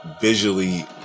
visually